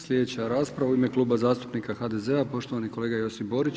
Sljedeća rasprava u ime Kluba zastupnika HDZ-a poštovani kolega Josip Borić.